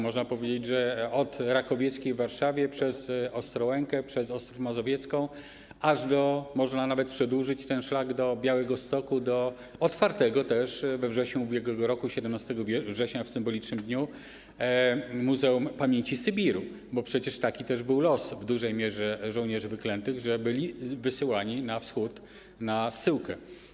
Można powiedzieć, od Rakowieckiej w Warszawie, przez Ostrołękę, po Ostrów Mazowiecką, a można nawet przedłużyć ten szlak do Białegostoku, do otwartego we wrześniu ubiegłego roku - 17 września, w symbolicznym dniu - Muzeum Pamięci Sybiru, bo przecież taki też w dużej mierze był los żołnierzy wyklętych, że byli wysyłani na Wschód, na zsyłkę.